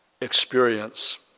experience